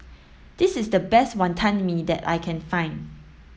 this is the best Wantan Mee that I can find